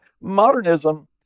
modernism